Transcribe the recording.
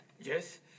Yes